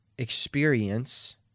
experience